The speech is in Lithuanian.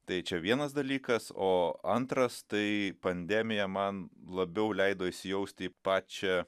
tai čia vienas dalykas o antras tai pandemija man labiau leido įsijausti į pačią